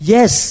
Yes